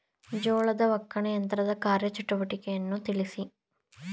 ಜೋಳದ ಒಕ್ಕಣೆ ಯಂತ್ರದ ಕಾರ್ಯ ಚಟುವಟಿಕೆಯನ್ನು ತಿಳಿಸಿ?